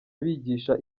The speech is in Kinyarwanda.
bigisha